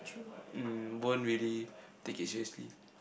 mm won't really take it seriously